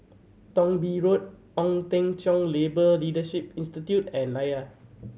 Thong Bee Road Ong Teng Cheong Labour Leadership Institute and Layar